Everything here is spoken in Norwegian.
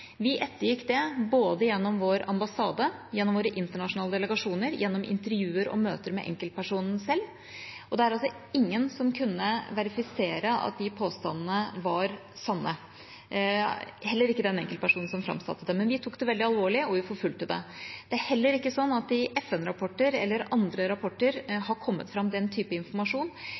Vi ettergikk det både gjennom ambassaden, gjennom våre internasjonale delegasjoner og gjennom intervjuer og møter med enkeltpersonen selv, og det var altså ingen som kunne verifisere at de påstandene var sanne, heller ikke den enkeltpersonen som framsatte dem. Men vi tok det veldig alvorlig, og vi forfulgte det. Det er heller ikke sånn at det i FN-rapporter eller andre rapporter har kommet fram den typen informasjon.